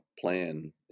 plan